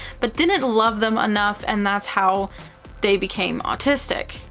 but didn't love them enough and that's how they became autistic.